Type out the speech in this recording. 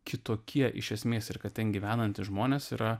kitokie iš esmės ir kad ten gyvenantys žmonės yra